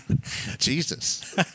Jesus